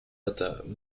этом